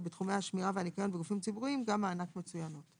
בשמירה ואבטחה יש לנו שלושה ענפים או שלושה תחומים,